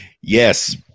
Yes